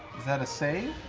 that a save?